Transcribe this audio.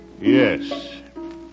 Yes